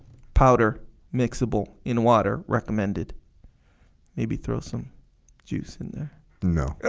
powder mixable in water recommended maybe throw some juice in there no